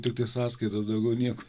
tiktai sąskaitas daugiau nieko